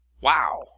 Wow